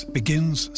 begins